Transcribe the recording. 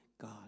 God